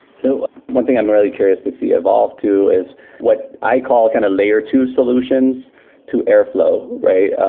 so one thing i'm really curious to see evolve to is what i call kind of layer two solutions to airflow, right?